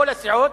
כל הסיעות,